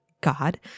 God